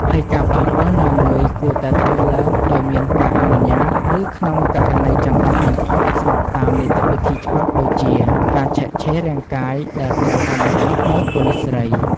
ហើយការប៉ះពាល់ណាមួយគួរតែធ្វើឡើងដោយមានការអនុញ្ញាត ឬក្នុងករណីចាំបាច់បំផុតស្របតាមនីតិវិធីច្បាប់ដូចជា ការឆែកឆេររាងកាយដែលត្រូវអនុវត្តដោយប៉ូលិសស្រី។